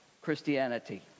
Christianity